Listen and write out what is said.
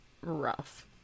rough